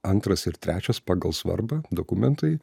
antras ir trečias pagal svarbą dokumentai